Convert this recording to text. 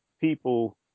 people